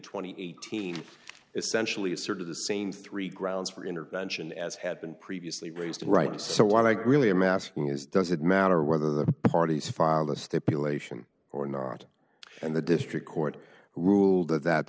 and eighteen essentially asserted the same three grounds for intervention as had been previously raised right now so i really i'm asking is does it matter whether the parties filed a stipulation or not and the district court ruled that that